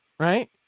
Right